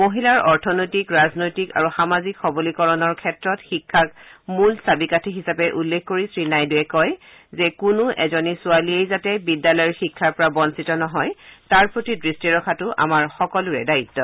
মহিলাৰ অৰ্থনৈতিক ৰাজনৈতিক আৰু সামাজিক সৱলীকৰণৰ ক্ষেত্ৰত শিক্ষাক মূল চাবিকাঠি হিচাপে উল্লেখ কৰি শ্ৰীনাইডুয়ে কয় যে কোনো এজনী ছোৱালীয়েই যাতে বিদ্যালয়ৰ শিক্ষাৰ পৰা বছিত নহয় তাৰ প্ৰতি দৃষ্টি ৰখাটো আমাৰ সকলোৰে দায়িত্ব